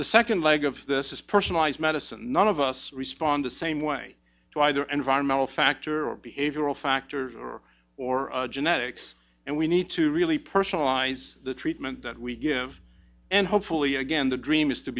the second leg of this is personalized medicine none of us respond the same way to either and environmental factor or behavioral factor or genetics and we need to really personalize the treatment that we give and hopefully again the dream is to